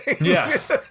Yes